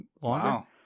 Wow